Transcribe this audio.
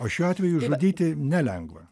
o šiuo atveju žudyti nelengva